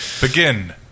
Begin